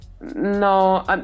no